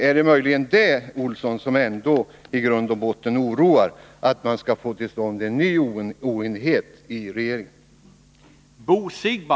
Är det möjligen så att det som i grund och botten oroar är att man skall få en ny oenighet inom regeringen?